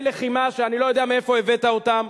לחימה שאני לא יודע מאיפה הבאת אותם,